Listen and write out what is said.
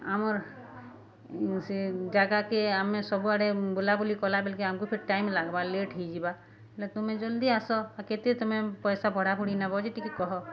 ଆମର୍ ସେ ଜାଗାକେ ଆମେ ସବୁଆଡ଼େ ବୁଲାବୁଲି କଲାବେଲକେ ଆମକୁ ଫେର୍ ଟାଇମ୍ ଲାଗ୍ବା ଲେଟ୍ ହେଇଯିବା ହେଲେ ତୁମେ ଜଲ୍ଦି ଆସ ଆଉ କେତେ ତମେ ପଏସା ଭଡ଼ା ଭୁଡ଼ି ନେବ ଯେ ଟିକେ କହ